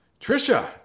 Trisha